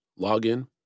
login